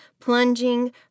plunging